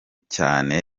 cyane